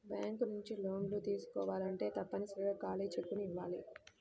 bank నుంచి లోన్లు తీసుకోవాలంటే తప్పనిసరిగా ఖాళీ చెక్కుని ఇయ్యాలి